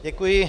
Děkuji.